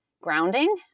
grounding